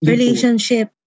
Relationship